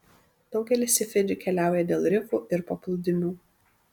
daugelis į fidžį keliauja dėl rifų ir paplūdimių